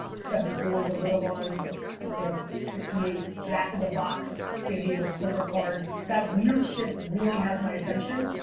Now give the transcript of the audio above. seventy four s, the little ones you know, sixty eight jack in the box, san diego clipper cards. that weird shit really has my attention.